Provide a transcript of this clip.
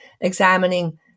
examining